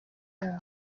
yabo